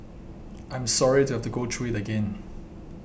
I am sorry to have to go through it again